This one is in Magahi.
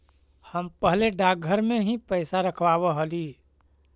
हम पहले डाकघर में ही पैसा रखवाव हली